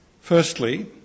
Firstly